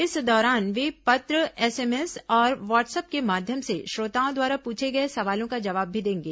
इस दौरान वे पत्र एस एमएस और व्हाट्सअप के माध्यम से श्रोताओं द्वारा पूछे गए सवालों का जवाब भी देंगे